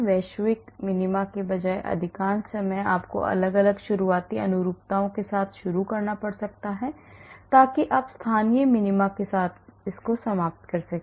वैश्विक मिनिमा के बजाय अधिकांश समय आपको अलग अलग शुरुआती अनुरूपताओं के साथ शुरू करना पड़ सकता है ताकि आप स्थानीय मिनीमा के साथ समाप्त हो सकें